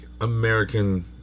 American